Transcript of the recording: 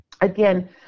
Again